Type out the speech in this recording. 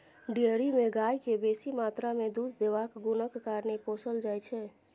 dairy मे गाय केँ बेसी मात्रा मे दुध देबाक गुणक कारणेँ पोसल जाइ छै